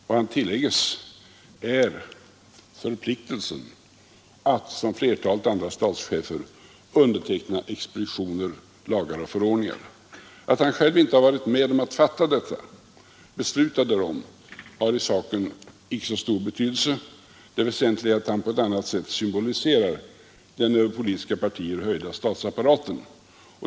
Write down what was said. Vad han tillägges är förpliktelsen att som flertalet andra statschefer underteckna expeditioner, lagar och förordningar. Att han själv inte har varit med om att besluta därom har i saken icke så stor betydelse. Det väsentliga är att han på ett annat sätt symboliserar den över politiska partier höjda statsapparaten.